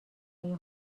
این